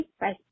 Bye